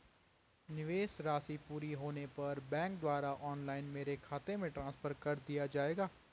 निवेश राशि पूरी होने पर बैंक द्वारा ऑनलाइन मेरे खाते में ट्रांसफर कर दिया जाएगा?